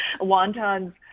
wontons